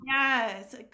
Yes